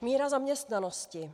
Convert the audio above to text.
Míra zaměstnanosti.